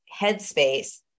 headspace